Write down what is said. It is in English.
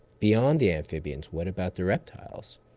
beyond the amphibians, what about the reptiles?